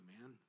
man